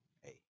Hey